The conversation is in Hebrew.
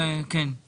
יש